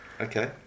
Okay